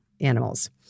animals